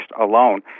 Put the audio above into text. alone